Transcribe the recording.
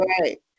Right